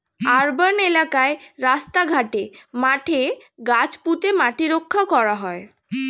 urban এলাকায় রাস্তা ঘাটে, মাঠে গাছ পুঁতে মাটি রক্ষা করা হয়